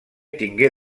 tingué